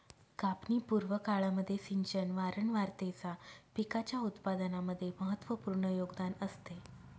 कापणी पूर्व काळामध्ये सिंचन वारंवारतेचा पिकाच्या उत्पादनामध्ये महत्त्वपूर्ण योगदान असते